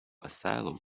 asylum